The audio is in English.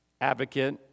advocate